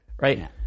right